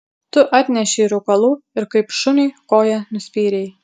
tu atnešei rūkalų ir kaip šuniui koja nuspyrei